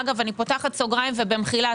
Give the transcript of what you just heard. אני פותחת סוגריים במחילה,